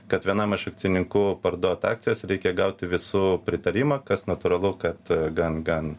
kad vienam iš akcininkų parduot akcijas reikia gauti visų pritarimą kas natūralu kad gan gan